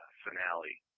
finale